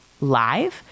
live